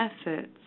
efforts